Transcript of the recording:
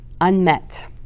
unmet